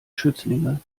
schützlinge